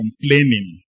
complaining